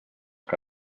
que